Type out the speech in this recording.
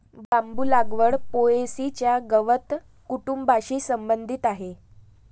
बांबू लागवड पो.ए.सी च्या गवत कुटुंबाशी संबंधित आहे